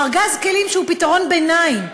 ארגז כלים שהוא פתרון ביניים.